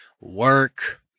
work